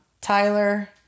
Tyler